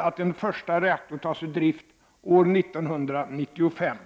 att en första reaktor tas ur drift år 1995